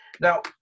Now